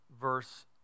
Verse